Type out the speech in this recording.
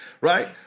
Right